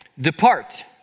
depart